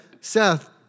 Seth